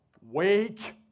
Wake